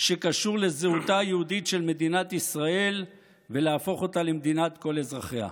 -- שקשור לזהותה היהודית של מדינת ישראל ולהפוך אותה למדינת כל אזרחיה.